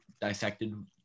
dissected